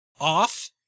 off